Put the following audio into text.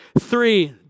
three